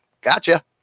Gotcha